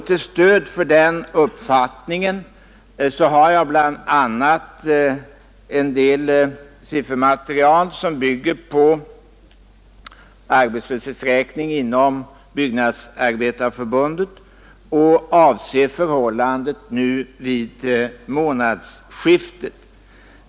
Som stöd för den uppfattningen har jag bl.a. en del siffermaterial som grundar sig på arbetslöshetsräkning inom Byggnadsarbetareförbundet och avser förhållandet nu vid månadsskiftet.